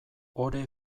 ore